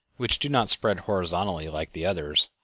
which do not spread horizontally like the others,